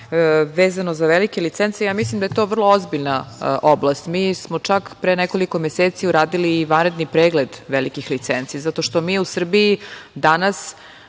za velike licence, mislim da je to vrlo ozbiljna oblast, mi smo čak pre nekoliko meseci uradili i vanredni pregled velikih licenci, zato što mi u Srbiji danas,